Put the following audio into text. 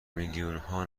میلیونها